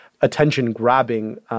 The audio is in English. attention-grabbing